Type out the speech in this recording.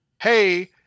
hey